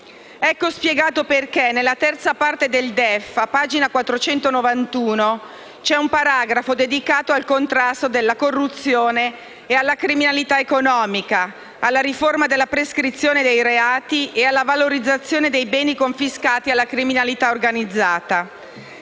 Ecco spiegato perché nella terza sezione del DEF, a pagina 486, c'è un paragrafo dedicato al contrasto alla corruzione e alla criminalità economica, alla riforma della prescrizione dei reati e alla valorizzazione dei beni confiscati alla criminalità organizzata.